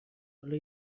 حالا